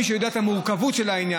מי שמכיר את המורכבות של העניין,